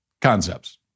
concepts